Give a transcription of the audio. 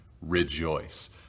rejoice